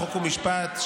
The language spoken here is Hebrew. חוק ומשפט,